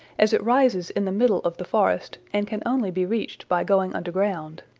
as it rises in the middle of the forest, and can only be reached by going underground.